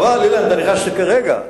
חבל, אילן, אתה נכנסת כרגע.